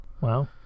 Wow